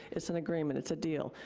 it's an agreement. it's a deal.